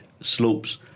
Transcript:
Slopes